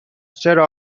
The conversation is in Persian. چرا